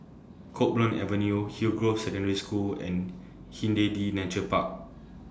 Copeland Avenue Hillgrove Secondary School and Hindhede Nature Park